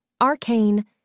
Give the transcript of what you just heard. Arcane